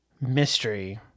mystery